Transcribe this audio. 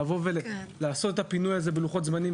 לבוא ולעשות את הפינוי הזה בלוחות זמנים